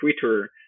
Twitter